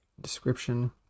Description